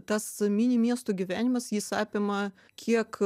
tas mini miestų gyvenimas jis apima kiek